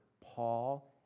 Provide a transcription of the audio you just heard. Paul